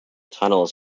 tunnels